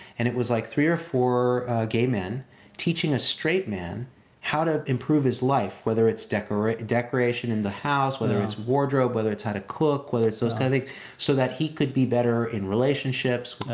and it was like three or four gay men teaching a straight man how to improve his life. whether it's decoration decoration in the house, whether it's wardrobe, whether it's how to cook, whether it's those kind of things so that he could be better in relationships